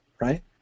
right